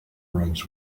rooms